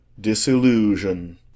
disillusion